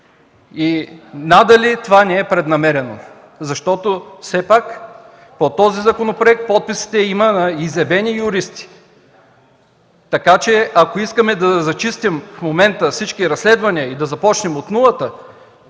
Надали това не е преднамерено! Под този законопроект стоят подписите на изявени юристи, така че ако искаме да зачистим в момента всички разследвания и да започнем от нулата,